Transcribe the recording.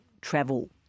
travel